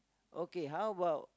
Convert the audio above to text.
okay how about